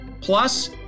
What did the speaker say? plus